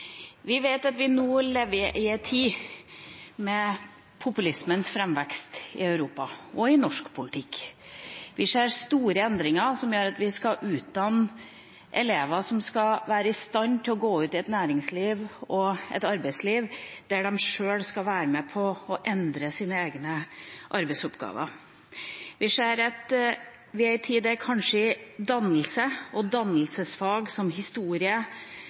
Vi vet at vi nå lever i en tid med populismens framvekst i Europa – og i norsk politikk. Vi ser store endringer, som gjør at vi skal utdanne elever som skal være i stand til å gå ut i et næringsliv og et arbeidsliv der de sjøl skal være med på å endre sine egne arbeidsoppgaver. Vi ser at vi er i en tid da kanskje dannelse og dannelsesfag som historie,